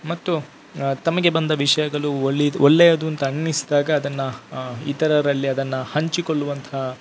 ಮತ್ತು ತಮಗೆ ಬಂದ ವಿಷಯಗಳು ಒಳೆದು ಒಳ್ಳೆಯದು ಅಂತ ಅನ್ನಿಸಿದಾಗ ಅದನ್ನು ಇತರರಲ್ಲಿ ಅದನ್ನು ಹಂಚಿಕೊಳ್ಳುವಂತಹ